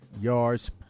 yards